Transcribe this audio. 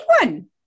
one